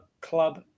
club